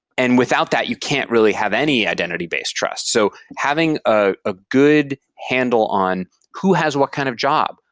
and without that, you can't really have any identity-based trust. so having a ah good handle on who has what kind of job?